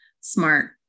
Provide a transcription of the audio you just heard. smart